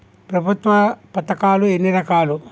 ప్రభుత్వ పథకాలు ఎన్ని రకాలు?